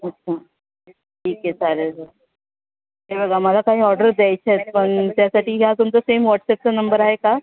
अच्छा ठीक आहे चालेल सर हे बघा मला काही ऑर्डर्स द्यायच्या आहेत पण त्यासाठी ह्या तुमचा सेम वॉट्सअॅपचा नंबर आहे का